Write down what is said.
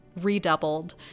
redoubled